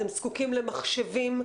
אתם זקוקים למחשבים?